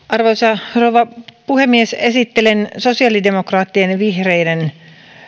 arvoisa rouva puhemies esittelen sosiaalidemokraattien ja vihreiden